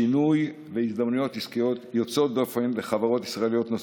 שינוי והזדמנויות עסקיות יוצאות דופן לחברות ישראליות נוספות.